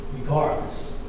regardless